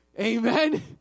Amen